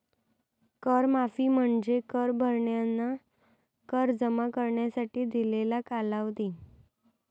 कर माफी म्हणजे कर भरणाऱ्यांना कर जमा करण्यासाठी दिलेला कालावधी